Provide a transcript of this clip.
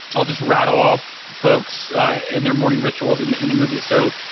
i'll just rattle-off folks and their morning rituals in the in the movie. so,